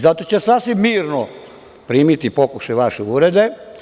Zato ću ja sasvim mirno primiti pokušaj vaše uvrede.